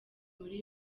muri